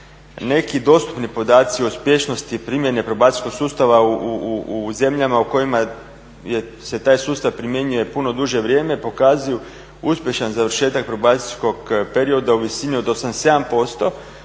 Neki dostupni podaci o uspješnosti primjene probacijskog sustava u zemljama u kojima se taj sustav primjenjuje puno duže vrijeme pokazuju uspješan završetak probacijskog perioda u visini od 87%,